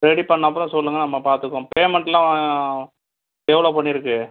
ready பண்ண அப்புறம் சொல்லுங்கள் நம்ம பார்த்துக்குவோம் பேமெண்ட்லாம் எவ்வளோ பண்ணியிருக்கு